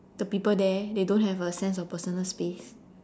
the people there they don't have a sense of personal space